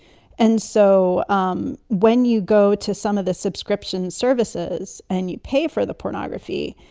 and so um when you go to some of the subscription services and you pay for the pornography,